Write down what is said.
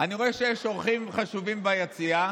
אני רואה שיש אורחים חשובים ביציע,